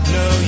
no